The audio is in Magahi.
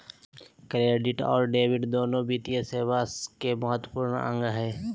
क्रेडिट और डेबिट दोनो वित्तीय सेवा के महत्त्वपूर्ण अंग हय